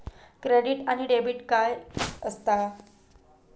Credit आणि debit काय असता?